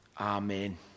Amen